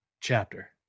chapter